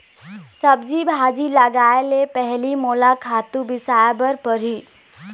सब्जी भाजी लगाए ले पहिली मोला खातू बिसाय बर परही